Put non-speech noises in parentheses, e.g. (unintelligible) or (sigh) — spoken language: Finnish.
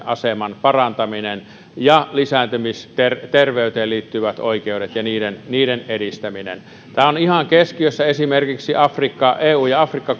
(unintelligible) aseman parantaminen ja lisääntymisterveyteen liittyvät oikeudet ja niiden niiden edistäminen tämä on ihan keskiössä esimerkiksi eu afrikka (unintelligible)